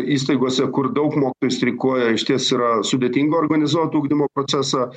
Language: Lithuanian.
įstaigose kur daug mokytojų streikuoja išties yra sudėtinga organizuot ugdymo procesą